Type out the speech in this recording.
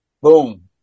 Boom